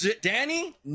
Danny